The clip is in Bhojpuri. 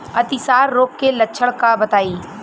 अतिसार रोग के लक्षण बताई?